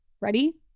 Ready